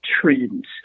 trends